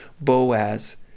Boaz